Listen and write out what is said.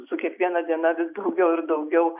su kiekviena diena vis daugiau ir daugiau